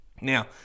Now